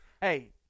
hey